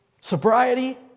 Sobriety